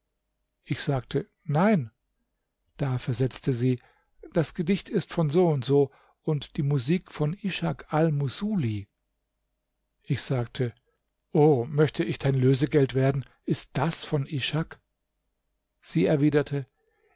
ich sagte nein da versetzte sie das gedicht ist von n n und die musik von ishak al moßuli ich sagte o möchte ich dein lösegeld werden ist das von ishak sie erwiderte